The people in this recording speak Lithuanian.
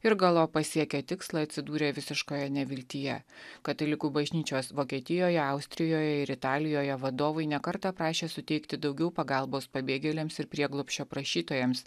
ir galop pasiekę tikslą atsidūrė visiškoje neviltyje katalikų bažnyčios vokietijoje austrijoje ir italijoje vadovai ne kartą prašė suteikti daugiau pagalbos pabėgėliams ir prieglobsčio prašytojams